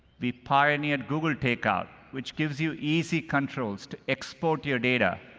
we pioneered google takeout, which gives you easy controls to export your data,